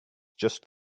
just